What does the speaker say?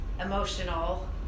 emotional